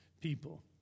people